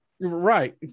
Right